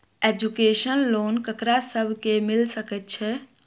Education loan ककरा सब केँ मिल सकैत छै?